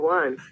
one